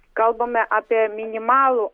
kalbame apie minimalų